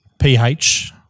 PH